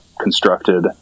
constructed